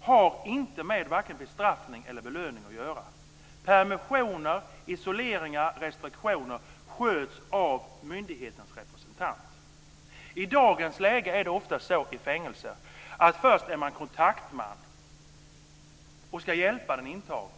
har inte med vare sig bestraffning eller belöning att göra. Permissioner, isoleringar och restriktioner sköts av myndighetens representant. I dagens läge är det ofta på det sättet i fängelser att man först är kontaktman och ska hjälpa den intagne.